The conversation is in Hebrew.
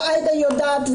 ועאידה יודעת,